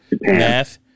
math